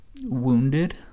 wounded